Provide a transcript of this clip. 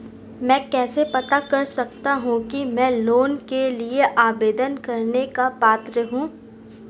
मैं कैसे पता कर सकता हूँ कि मैं लोन के लिए आवेदन करने का पात्र हूँ?